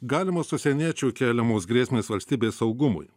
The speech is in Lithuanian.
galimos užsieniečių keliamos grėsmės valstybės saugumui